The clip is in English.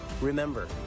Remember